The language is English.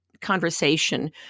conversation